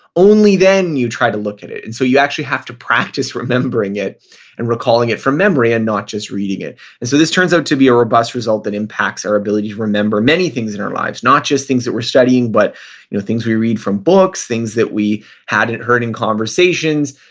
only then you try to look at it. and so you actually have to practice remembering it and recalling it from memory and not just reading it it so this turns out to be a robust result that impacts our ability to remember many things in our lives. not just things that we're studying, but you know things we read from books, things that we had heard in conversations,